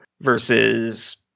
versus